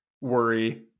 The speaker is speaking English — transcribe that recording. worry